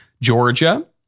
georgia